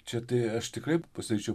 čia tai aš tikrai pasidaryčiau